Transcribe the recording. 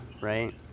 right